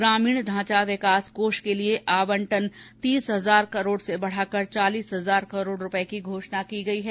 ग्रामीण ढांचा विकास कोष के लिए आबंटन तीस हजार करोड़ से बढ़ाकर चालीस हजार करोड़ रूपये करने की भी घोषणा की गई है